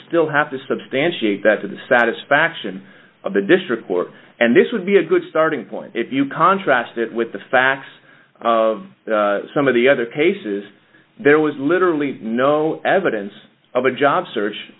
still have to substantiate that to the satisfaction of the district court and this would be a good starting point if you contrast it with the facts of some of the other cases there was literally no evidence of a job search